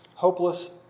Hopeless